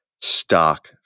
stock